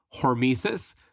hormesis